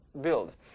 build